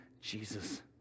Jesus